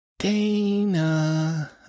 Dana